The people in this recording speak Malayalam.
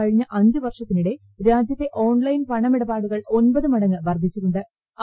കഴിഞ്ഞ അഞ്ച് വർഷത്തിനിടെ രാജ്യത്തെ ഓൺലൈൻ പണമിടപാടുകൾ ഒൻപത് മടങ്ങ് വർദ്ധിച്ചിട്ടു ്